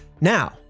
Now